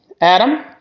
Adam